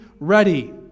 ready